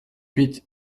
huit